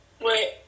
Wait